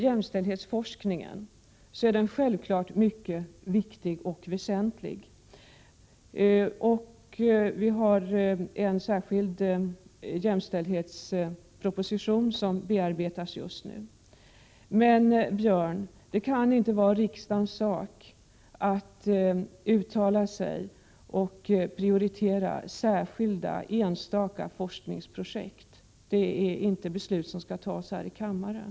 Jämställdhetsforskningen är självfallet mycket viktig, och just nu bearbetas en särskild jämställdhetsproposition. Det kan emellertid inte vara riksdagens sak, Björn Samuelson, att uttala sig och prioritera särskilda, enstaka forskningsprojekt. Det är inte beslut som skall fattas här i kammaren.